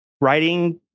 writing